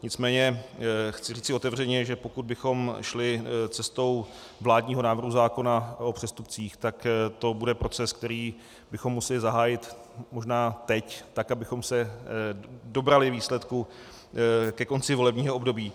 Nicméně chci říci otevřeně, že pokud bychom šli cestou vládního návrhu zákona o přestupcích, tak to bude proces, který bychom museli zahájit možná teď, abychom se dobrali výsledku ke konci volebního období.